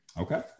Okay